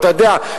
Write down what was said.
אתה יודע,